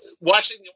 watching